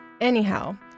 Anyhow